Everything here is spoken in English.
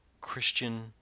Christian